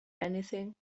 anything